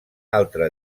altre